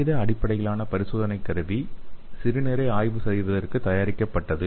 காகித அடிப்படையிலான பரிசோதனைக் கருவி சிறுநீரை ஆய்வு செய்வதற்கு தயாரிக்கப்பட்டது